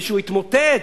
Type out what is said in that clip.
מישהו יתמוטט?